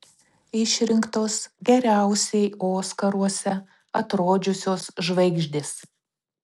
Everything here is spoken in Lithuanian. išrinktos geriausiai oskaruose atrodžiusios žvaigždės